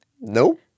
nope